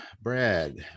brad